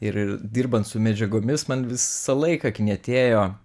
ir dirbant su medžiagomis man visą laiką knietėjo